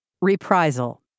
Reprisal